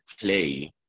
play